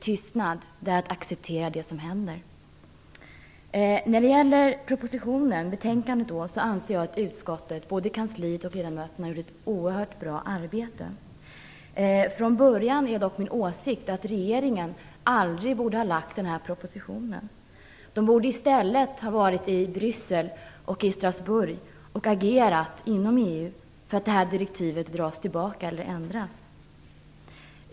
Tystnad är att acceptera det som händer. När det gäller betänkandet anser jag att både kansliet och ledamöterna i utskottet har gjort ett oerhört bra arbete. Från början var dock min åsikt att regeringen aldrig borde ha lagt fram den här propositionen. Man borde i stället ha varit i Bryssel och i Strasbourg och agerat inom EU för att direktivet skulle dras tillbaka eller ändras.